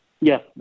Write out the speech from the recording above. Yes